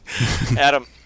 Adam